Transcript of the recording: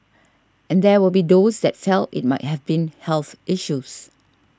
and there will be those that felt it might have been health issues